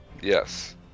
Yes